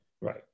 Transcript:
Right